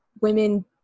women